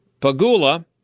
Pagula